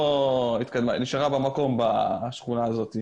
היא נשארה במקום בשכונה הזאת.